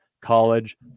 college